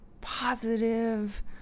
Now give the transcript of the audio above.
positive